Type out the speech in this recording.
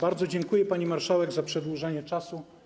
Bardzo dziękuję, pani marszałek, za przedłużenie czasu.